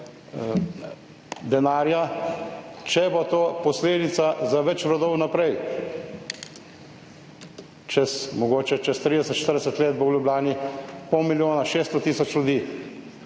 denarja, če bo to posledica za več rodov naprej. Čez mogoče čez 30, 40 let bo v Ljubljani pol milijona, 600 tisoč ljudi,